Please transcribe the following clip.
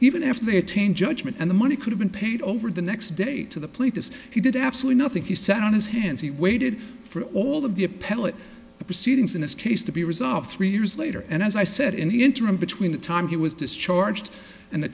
even after they attained judgment and the money could have been paid over the next day to the police as he did absolutely nothing he sat on his hands he waited for all of the appellate proceedings in this case to be resolved three years later and as i said in the interim between the time he was discharged and the